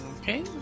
Okay